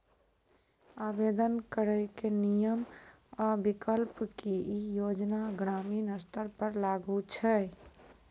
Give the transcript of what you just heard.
आवेदन करैक नियम आ विकल्प? की ई योजना ग्रामीण स्तर पर लागू छै?